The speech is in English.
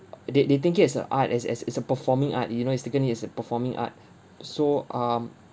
they they think it is a art as as it's a performing art you know it's taken it as a performing art so um